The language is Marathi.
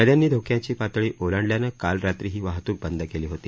नद्यांनी धोक्याची पातळी ओलांडल्यानं काल रात्री ही वाहत्क बंद केली होती